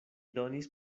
donis